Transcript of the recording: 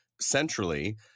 centrally